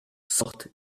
sortent